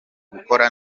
gukora